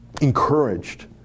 encouraged